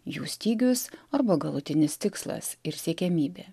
jų stygius arba galutinis tikslas ir siekiamybė